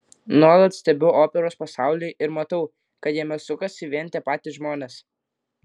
nuolat stebiu operos pasaulį ir matau kad jame sukasi vien tie patys žmonės